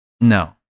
No